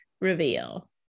reveal